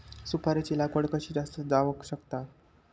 सुपारीची लागवड कशी जास्त जावक शकता?